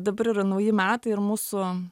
dabar yra nauji metai ir mūsų